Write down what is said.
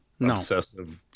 obsessive